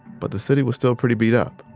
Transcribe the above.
but the city was still pretty beat up.